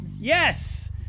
Yes